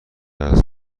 است